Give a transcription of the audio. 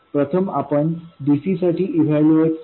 प्रथम आपण dc साठी इवैल्यूएट करू